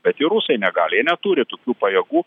bet ir rusai negali jie neturi tokių pajėgų